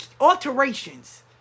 alterations